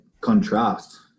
contrast